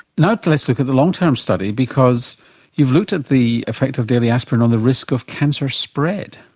now let's look at the long-term study because you've looked at the effect of daily aspirin on the risk of cancer spread.